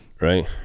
Right